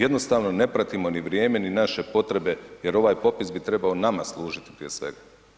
Jednostavno ne pratimo ni vrijeme ni naše potrebe jer ovaj popis bi trebao nama služiti prije svega.